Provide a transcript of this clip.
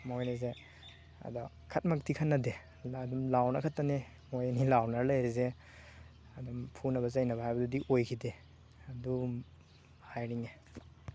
ꯃꯣꯏꯅꯤꯁꯦ ꯑꯗꯣ ꯈꯠꯕꯃꯛꯇꯤ ꯈꯠꯅꯗꯦ ꯑꯗꯨꯝ ꯂꯥꯎꯅꯕ ꯈꯛꯇꯅꯦ ꯃꯣꯏꯅꯤ ꯂꯥꯎꯅꯔ ꯂꯩꯔꯤꯁꯦ ꯑꯗꯨꯝ ꯐꯨꯅꯕ ꯆꯩꯅꯕ ꯍꯥꯏꯕꯗꯨꯗꯤ ꯑꯣꯏꯈꯤꯗꯦ ꯑꯗꯨ ꯍꯥꯏꯅꯤꯡꯉꯦ